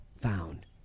found